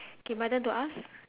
okay my turn to ask